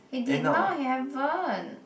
he did not haven't